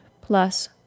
plus